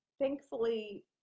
thankfully